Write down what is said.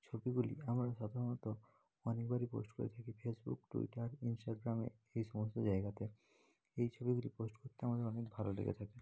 ছবিগুলি আমরা সাধারণত অনেকবারই পোস্ট করে থাকি ফেসবুক টুইটার ইনস্টাগ্রামে এই সমস্ত জায়গাতে এই ছবিগুলি পোস্ট করতে আমাদের অনেক ভালো লেগে থাকে